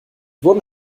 wurden